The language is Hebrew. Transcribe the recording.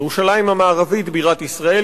ירושלים המערבית בירת ישראל,